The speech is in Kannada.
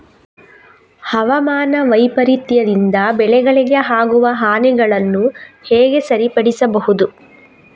ಹವಾಮಾನ ವೈಪರೀತ್ಯದಿಂದ ಬೆಳೆಗಳಿಗೆ ಆಗುವ ಹಾನಿಗಳನ್ನು ಹೇಗೆ ಸರಿಪಡಿಸಬಹುದು?